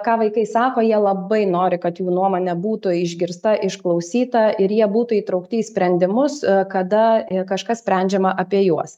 ką vaikai sako jie labai nori kad jų nuomonė būtų išgirsta išklausyta ir jie būtų įtraukti į sprendimus kada kažkas sprendžiama apie juos